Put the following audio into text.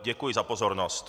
Děkuji za pozornost.